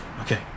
Okay